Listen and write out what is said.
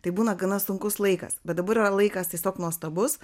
tai būna gana sunkus laikas bet dabar yra laikas tiesiog nuostabus